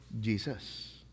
Jesus